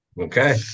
okay